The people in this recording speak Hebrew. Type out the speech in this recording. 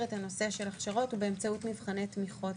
את הנושא של הכשרות הוא באמצעות מבחני תמיכות.